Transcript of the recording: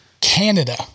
Canada